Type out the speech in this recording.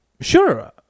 Sure